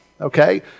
okay